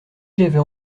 j’avais